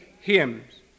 hymns